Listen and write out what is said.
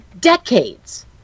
decades